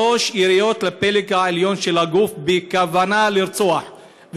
שלוש יריות לפלג העליון של הגוף בכוונה לרצוח.